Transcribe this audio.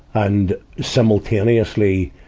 and simultaneously,